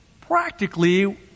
practically